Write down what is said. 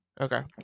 Okay